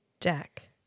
Jack